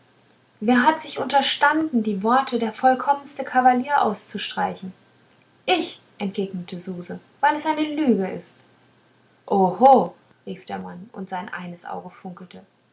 wer hat sich unterstanden die worte der vollkommenste kavalier auszustreichen ich entgegnete suse weil es eine lüge ist oho rief der mann und sein eines auge funkelte